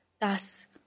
Thus